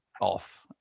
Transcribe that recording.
off